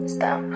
Stop